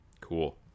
Cool